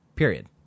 Period